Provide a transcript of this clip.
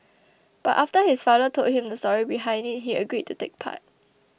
but after his father told him the story behind it he agreed to take part